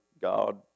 God